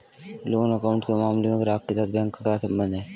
Loan account के मामले में ग्राहक के साथ बैंक का क्या संबंध है?